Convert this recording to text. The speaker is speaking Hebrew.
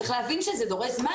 צריך להבין שזה דורש זמן.